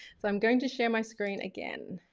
so i'm going to share my screen again.